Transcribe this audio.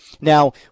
Now